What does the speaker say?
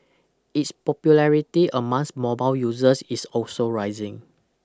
its popularity amongst mobile users is also rising